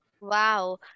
Wow